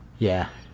yeah,